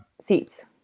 seats